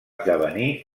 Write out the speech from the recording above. esdevenir